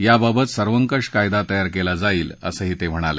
याबाबत सर्वकष कायदा तयार केला जाईल असं ते म्हणाले